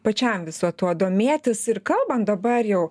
pačiam visu tuo domėtis ir kalbant dabar jau